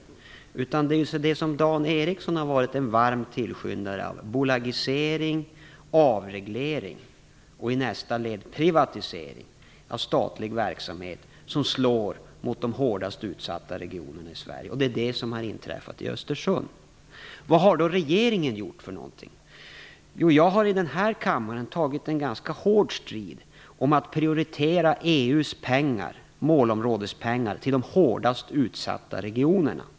Det är det som Dan Ericsson har varit en varm tillskyndare av, dvs. bolagisering, avreglering och i nästa led privatisering av statlig verksamhet, som slår mot de hårdast utsatta regionerna i Sverige. Det är det som har inträffat i Vad har då regeringen gjort för någonting? Jag har i denna kammare tagit en ganska hård strid om att prioritera EU:s målområdespengar till de hårdast utsatta regionerna.